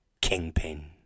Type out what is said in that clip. Kingpin